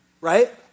right